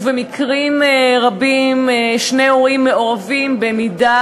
ובמקרים רבים שני הורים מעורבים במידה